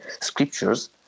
scriptures